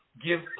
give